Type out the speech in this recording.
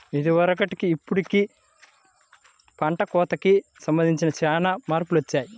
ఇదివరకటికి ఇప్పుడుకి పంట కోతకి సంబంధించి చానా మార్పులొచ్చాయ్